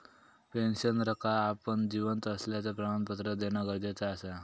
पेंशनरका आपण जिवंत असल्याचा प्रमाणपत्र देना गरजेचा असता